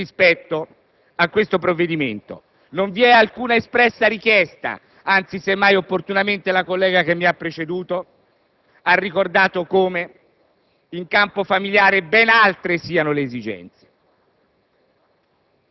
rispetto a questo provvedimento, non vi è alcuna espressa richiesta, anzi, opportunamente la collega Monacelli che mi ha preceduto ha ricordato come in campo familiare ben altre siano le esigenze.